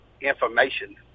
information